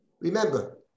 remember